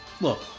look